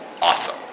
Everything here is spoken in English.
Awesome